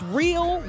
real